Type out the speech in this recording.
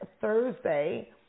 Thursday